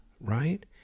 right